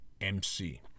MC